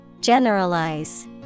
Generalize